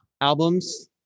albums